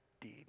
deed